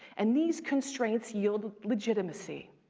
and these constraints yield legitimacy,